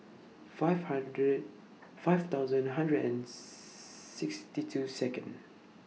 five hundred five thousand hundred and sixty two Second